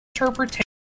interpretation